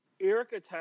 Erica